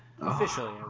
Officially